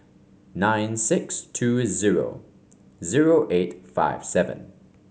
nine six two zero zero eight five seven